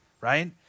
right